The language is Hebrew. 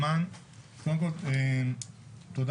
איזה